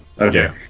Okay